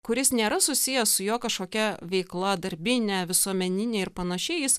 kuris nėra susijęs su jo kažkokia veikla darbine visuomenine ir panašiai jis